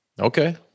Okay